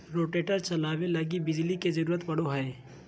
rotator चलावे लगी बिजली के जरूरत पड़ो हय